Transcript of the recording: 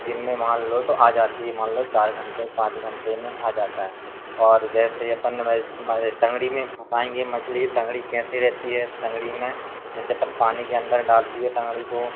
दिन में मान लो तो आ जाती है मान लो चार घन्टे पाँच घन्टे में आ जाता है और जैसे अपन मान लीजिए टँगड़ी में फँसाएँगे मछली की टँगड़ी कैसे रहती है टँगड़ी में जैसे अपन पानी के अन्दर डाल दिए टँगड़ी को